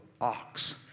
ox